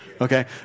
okay